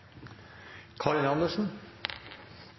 Karin Andersen